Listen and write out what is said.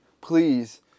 please